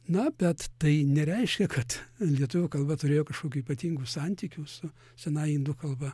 na bet tai nereiškia kad lietuvių kalba turėjo kažkokių ypatingų santykių su senąja indų kalba